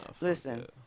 Listen